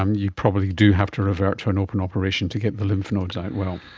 um you probably do have to revert to an open operation to get the lymph nodes out well.